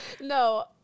No